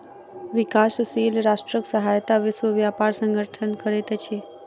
विकासशील राष्ट्रक सहायता विश्व व्यापार संगठन करैत अछि